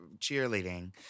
cheerleading